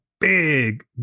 big